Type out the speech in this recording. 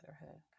motherhood